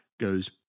goes